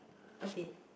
a bit